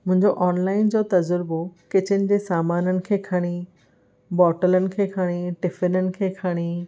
मुंहिंजो ऑनलाइन जो तज़ूरबो किचन जे सामाननि खे खणी बोटलनि खे खणी टिफिनिन खे खणी